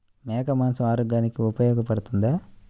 మేక మాంసం ఆరోగ్యానికి ఉపయోగపడుతుందా?